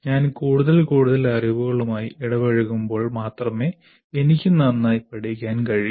ഞാൻ കൂടുതൽ കൂടുതൽ അറിവുകളുമായി ഇടപഴകുമ്പോൾ മാത്രമേ എനിക്ക് നന്നായി പഠിക്കാൻ കഴിയൂ